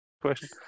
question